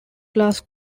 class